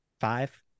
five